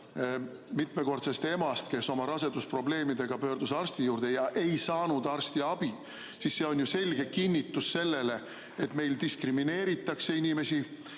mitmekordsest emast, kes oma rasedusprobleemidega pöördus arsti juurde ja ei saanud arstiabi, on ju selge kinnitus sellele, et meil diskrimineeritakse inimesi.